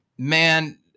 Man